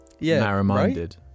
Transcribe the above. narrow-minded